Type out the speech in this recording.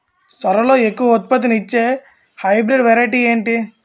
సోరలో ఎక్కువ ఉత్పత్తిని ఇచే హైబ్రిడ్ వెరైటీ ఏంటి?